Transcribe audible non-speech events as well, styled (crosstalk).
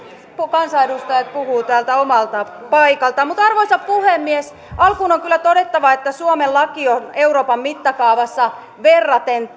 kansanedustajat puhuvat täältä omalta paikaltaan arvoisa puhemies alkuun on kyllä todettava että suomen laki on euroopan mittakaavassa verraten (unintelligible)